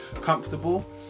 comfortable